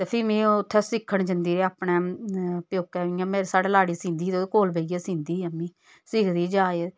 ते फ्ही में उत्थै सिक्खन जंदी रेही अपने प्योकै इ'यां साढ़े उत्थै लाड़ी सींदी ही ते उ'दे कोल बेहियै सींदी ही सिखदी ही जाच